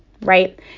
right